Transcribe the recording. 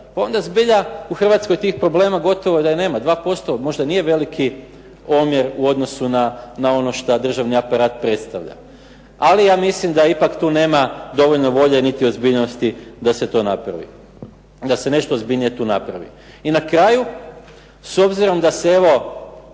Pa onda zbilja u Hrvatskoj tih problema gotovo da i nema. 2% možda nije veliki omjer u odnosu na ono što državni aparat predstavlja. Ali ja mislim da ipak tu nema dovoljno volje ni ozbiljnosti da se to napravi. Da se nešto ozbiljnije to napravi. I na kraju, s obzirom da se evo,